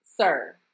sir